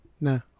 No